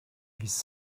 his